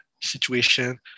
situation